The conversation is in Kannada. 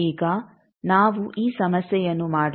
ಈಗ ನಾವು ಈ ಸಮಸ್ಯೆಯನ್ನು ಮಾಡೋಣ